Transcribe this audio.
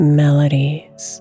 melodies